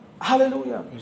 Hallelujah